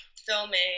filming